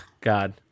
god